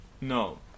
No